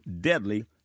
deadly